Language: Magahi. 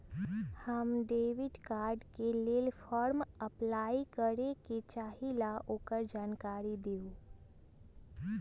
हम डेबिट कार्ड के लेल फॉर्म अपलाई करे के चाहीं ल ओकर जानकारी दीउ?